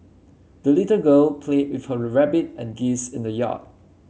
the little girl played with her rabbit and geese in the yard